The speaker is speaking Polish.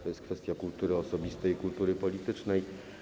To jest kwestia kultury osobistej i kultury politycznej.